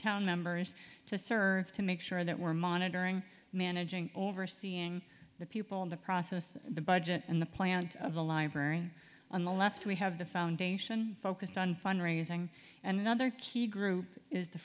town members to serve to make sure that we're monitoring managing overseeing the people in the process of the budget and the plant of the library on the left we have the foundation focused on fund raising and other key group is the